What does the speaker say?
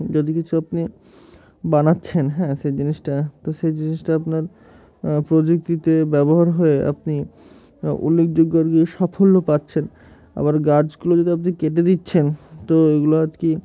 যদি কিছু আপনি বানাচ্ছেন হ্যাঁ সেই জিনিসটা তো সেই জিনিসটা আপনার প্রযুক্তিতে ব্যবহার হয়ে আপনি উল্লেখযোগ্য আর কি সাফল্য পাচ্ছেন আবার গাছগুলো যদি আপনি কেটে দিচ্ছেন তো ওগুলো আর কি